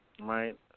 right